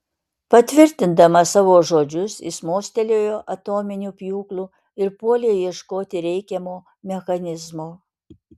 patvirtindamas savo žodžius jis mostelėjo atominiu pjūklu ir puolė ieškoti reikiamo mechanizmo